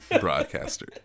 broadcaster